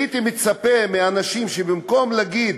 הייתי מצפה מאנשים במקום להגיד: